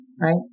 right